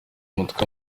umutwe